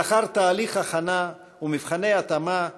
לאחר תהליך הכנה ומבחני התאמה,